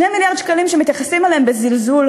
2 מיליארד שקלים שמתייחסים אליהם בזלזול,